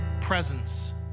presence